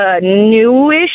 newish